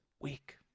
weak